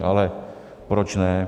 Ale proč ne.